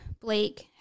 Blake